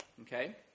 okay